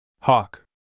Hawk